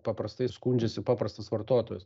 paprastai skundžiasi paprastas vartotojas